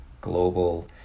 global